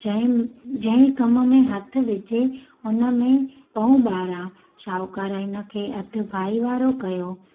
जंहिं जंहिं कमु में हथ विझे हुन में पौं ॿारहं शाहूकारु हिनखे अधु भाईवारो कयो